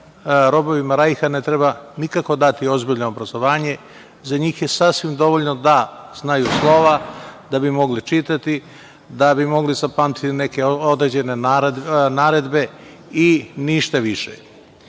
robovima Rajha ne treba nikako dati ozbiljno obrazovanje, za njih je sasvim dovoljno da znaju slova da bi mogli čitati, da bi mogli zapamtiti neke određene naredbe i ništa više. Do